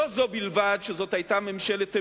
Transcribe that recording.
לא זו בלבד שזאת היתה ממשלת המשך,